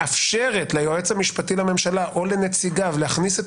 מאפשרת ליועץ המשפטי לממשלה או לנציגיו להכניס את